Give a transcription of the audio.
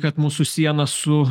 kad mūsų sieną su